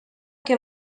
que